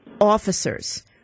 officers